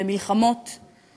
היא